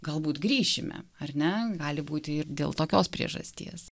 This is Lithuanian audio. galbūt grįšime ar ne gali būti ir dėl tokios priežasties